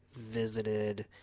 visited